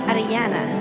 Ariana